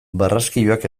barraskiloak